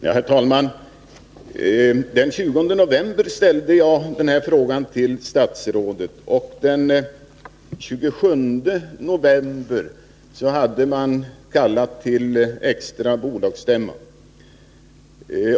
Herr talman! Den 20 november ställde jag den här frågan till statsrådet, och den 27 november hade man kallat till bolagsstämma.